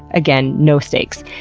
again no stakes,